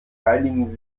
reinigen